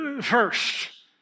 First